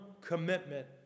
commitment